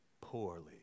poorly